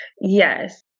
Yes